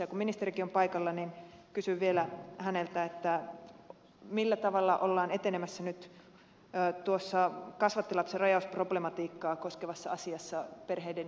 kun ministerikin on paikalla niin kysyn vielä häneltä millä tavalla ollaan etenemässä nyt tuossa kasvattilapsen rajausproblematiikkaa koskevassa asiassa perheiden yhdistämistapauksissa